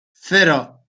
cero